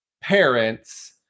parents